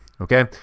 Okay